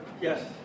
yes